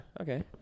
okay